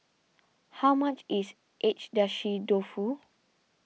how much is Agedashi Dofu